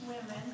women